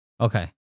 Okay